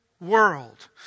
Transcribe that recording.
world